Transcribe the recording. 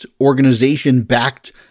organization-backed